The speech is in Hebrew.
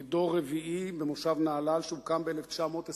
אני דור רביעי במושב נהלל, שהוקם ב-1921,